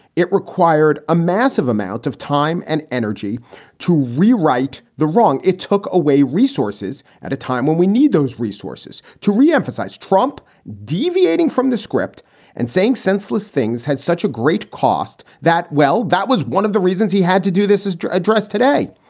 it required a massive amount of time and energy to rewrite the wrong it took away resources at a time when we need those resources to re-emphasize trump deviating from the script and saying senseless things had such a great cost that well, that was one of the reasons he had to do this is addressed today.